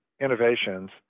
innovations